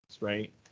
right